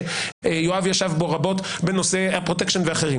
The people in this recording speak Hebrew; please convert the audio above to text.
שיואב ישב בו רבות בנושא הפרוטקשן ובנושאים אחרים